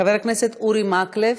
חבר הכנסת אורי מקלב,